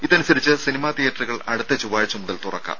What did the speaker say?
ഇതനുസരിച്ച് സിനിമാ തിയേറ്ററുകൾ അടുത്ത ചൊവ്വാഴ്ച മുതൽ തുറക്കാം